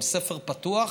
עם ספר פתוח,